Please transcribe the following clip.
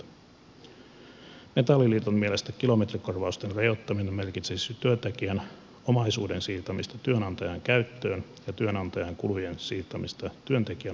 veronmaksajain keskusliiton mielestä kilometrikorvausten rajoittaminen merkitsisi työntekijän omaisuuden siirtämistä työnantajan käyttöön ja työnantajan kulujen siirtämistä työntekijän maksettavaksi